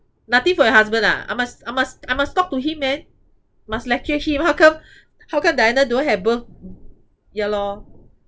nothing from your husband ah I must I must I must talk to him man must lecture him how come how come diana don't have birth~ ya lor